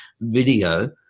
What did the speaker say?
video